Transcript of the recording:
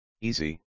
Easy